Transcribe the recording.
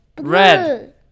Red